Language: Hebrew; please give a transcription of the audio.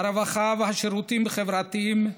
הרווחה והשירותים החברתיים,